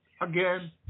again